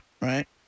Right